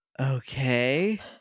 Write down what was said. Okay